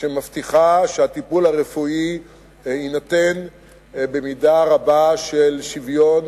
שמבטיחה שהטיפול הרפואי יינתן במידה רבה של שוויון